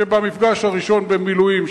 שבמפגש הראשון במילואים,